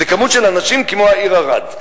זו כמות של אנשים כמו העיר ערד,